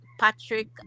Patrick